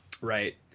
right